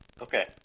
Okay